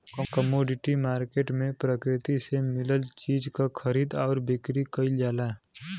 commodity market में प्रकृति से मिलल चीज क खरीद आउर बिक्री कइल जाला